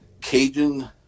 Cajun